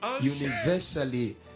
universally